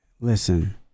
Listen